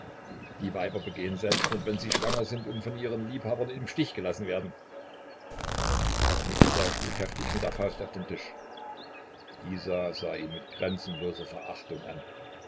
die weiber begehen selbstmord wenn sie schwanger sind und von ihren liebhabern im stich gelassen werden mikita schlug heftig mit der faust auf den tisch isa sah ihn mit grenzenloser verachtung an